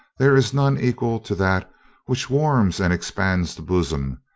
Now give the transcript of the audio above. there is none equal to that which warms and expands the bosom,